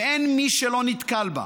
ואין מי שלא נתקל בה,